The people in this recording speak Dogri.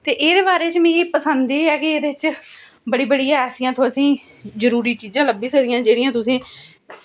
ते एह्दे बारै च मिगी पसंद ऐ कि एह्दे च बड़ी बड़ी ऐसियां तुसेंगी जरूरी चीज़ां लब्भी सकदियां जेह्ड़ियां तुसेंगी